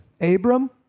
Abram